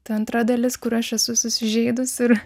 ta antra dalis kur aš esu susižeidus ir